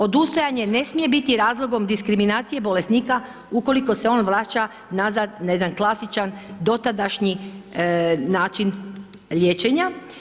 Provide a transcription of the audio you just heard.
Odustajanje ne smije biti razlogom diskriminacije bolesnika ukoliko se on vraća nazad na jedan klasičan dotadašnji način liječenja.